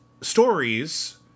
stories